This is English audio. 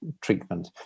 treatment